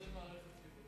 מה זה מערכת ציבורית?